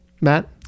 Matt